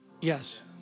Yes